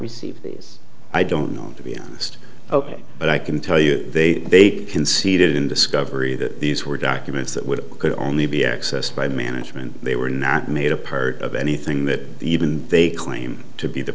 received these i don't know to be honest ok but i can tell you they conceded in discovery that these were documents that would could only be accessed by management they were not made a part of anything that even they claim to be the